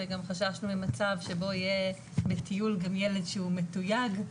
חששנו ממצב שבו יהיה בטיול ילד שהוא מתויג,